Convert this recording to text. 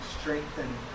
strengthen